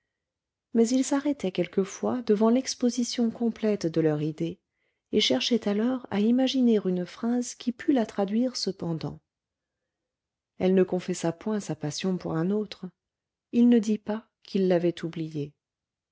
mais ils s'arrêtaient quelquefois devant l'exposition complète de leur idée et cherchaient alors à imaginer une phrase qui pût la traduire cependant elle ne confessa point sa passion pour un autre il ne dit pas qu'il l'avait oubliée